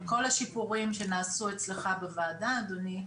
עם כל השיפורים שנעשו אצלך בוועדה אדוני,